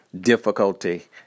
difficulty